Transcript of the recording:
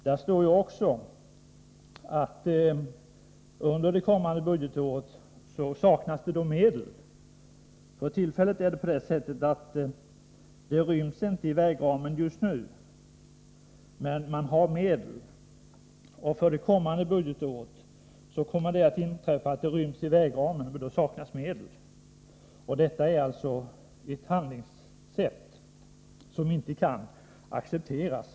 Där står också att det under det kommande budgetåret kommer att saknas medel. Just nu ryms inte utbyggnaden inom vägramen, men man har medel. Under det kommande budgetåret ryms projektet inom vägramen, men då saknas medel. Detta är någonting som inte kan accepteras.